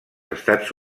estats